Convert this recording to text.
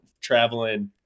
traveling